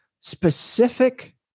specific